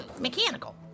Mechanical